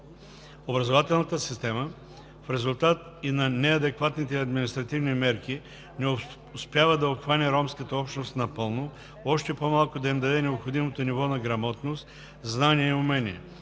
Образователната система в резултат и на неадекватните административни мерки не успява да обхване ромската общност напълно, още по-малко да им даде необходимото ниво на грамотност, знания и умения.